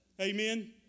Amen